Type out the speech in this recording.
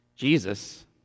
Jesus